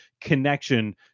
connection